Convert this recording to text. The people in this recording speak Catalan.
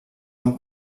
han